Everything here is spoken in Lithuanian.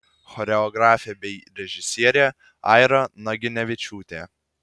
choreografė bei režisierė aira naginevičiūtė